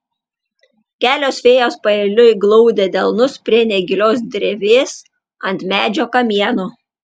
kelios fėjos paeiliui glaudė delnus prie negilios drevės ant medžio kamieno